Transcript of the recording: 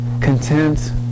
content